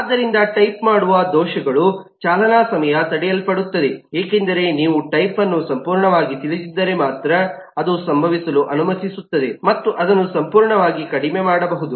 ಆದ್ದರಿಂದ ಟೈಪ್ ಮಾಡುವ ದೋಷಗಳು ಚಾಲನಾಸಮಯದಲ್ಲಿ ತಡೆಯಲ್ಪಡುತ್ತವೆ ಏಕೆಂದರೆ ನೀವು ಟೈಪ್ಅನ್ನು ಸಂಪೂರ್ಣವಾಗಿ ತಿಳಿದಿದ್ದರೆ ಮಾತ್ರ ಅದು ಸಂಭವಿಸಲು ಅನುಮತಿಸುತ್ತದೆ ಮತ್ತು ಅದನ್ನು ಸಂಪೂರ್ಣವಾಗಿ ಕಡಿಮೆ ಮಾಡಬಹುದು